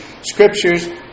scriptures